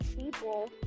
people